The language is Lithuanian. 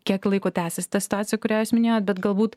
kiek laiko tęsis ta situacija kurią jūs minėjot bet galbūt